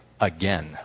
again